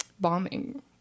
bombing